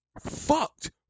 Fucked